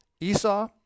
Esau